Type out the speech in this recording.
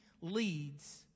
leads